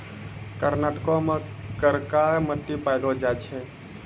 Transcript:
कर्नाटको मे करका मट्टी पायलो जाय छै